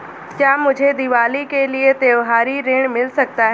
क्या मुझे दीवाली के लिए त्यौहारी ऋण मिल सकता है?